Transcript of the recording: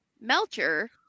melcher